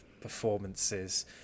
performances